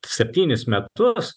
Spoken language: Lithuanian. septynis metus